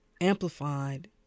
amplified